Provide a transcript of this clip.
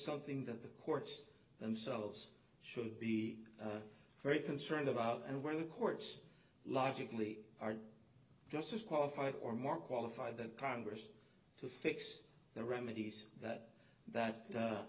something that the courts themselves should be very concerned about and where the courts logically are just as qualified or more qualified than congress to fix the remedies that that